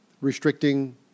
restricting